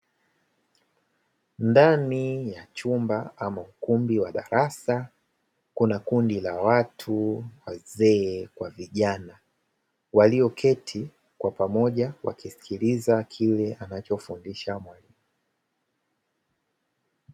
Ndani ya chumba ama ukumbi wa darasa kuna kundi la watu wazee kwa vijana, walioketi kwa pamoja wakisikiliza kile anachofundisha mwalimu.